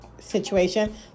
situation